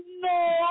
no